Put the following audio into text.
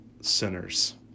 sinners